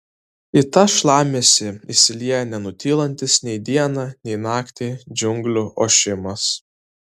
į tą šlamesį įsilieja nenutylantis nei dieną nei naktį džiunglių ošimas